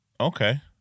Okay